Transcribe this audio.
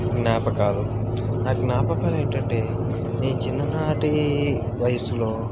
జ్ఞాపకాలు ఆ జ్ఞాపకాలు ఏమిటంటే నేను చిన్ననాటి వయస్సులో